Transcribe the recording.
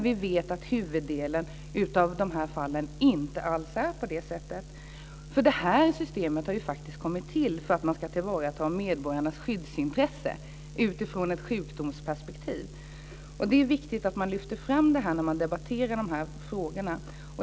Vi vet ju att i huvuddelen av de här fallen är det inte alls på det sättet. Det här systemet har faktiskt kommit till för att man ska tillvarata medborgarnas skyddsintresse utifrån ett sjukdomsperspektiv. Det är viktigt att man lyfter fram det när man debatterar de här frågorna.